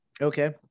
Okay